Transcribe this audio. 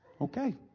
okay